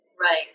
Right